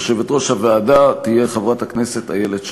יושבת-ראש הוועדה תהיה חברת הכנסת איילת שקד.